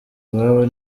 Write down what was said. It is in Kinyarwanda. iwabo